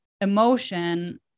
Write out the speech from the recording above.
emotion